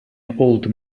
old